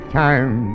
time